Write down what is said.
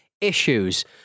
issues